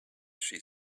she